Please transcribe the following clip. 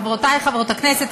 חברותי חברות הכנסת,